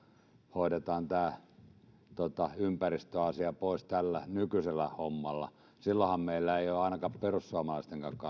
hoidetaan ympäristöasia pois tällä nykyisellä hommalla silloinhan meillä ei ole ainakaan perussuomalaistenkaan